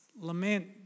Lament